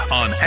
on